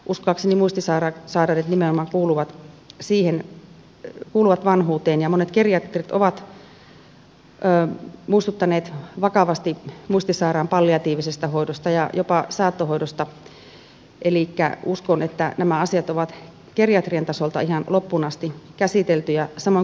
uskoakseni muistisairaudet nimenomaan kuuluvat vanhuuteen ja monet geriatrit ovat muistuttaneet vakavasti muistisairaan palliatiivisesta hoidosta ja jopa saattohoidosta elikkä uskon että nämä asiat ovat geriatrian tasolla ihan loppuun asti käsiteltyjä